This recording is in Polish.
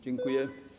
Dziękuję.